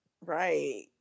Right